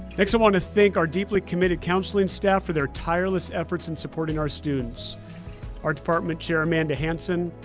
next, i wanna thank our deeply committed counseling staff for their tireless efforts in supporting our students our department chair, amanda hansen,